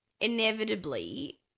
inevitably